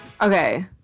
Okay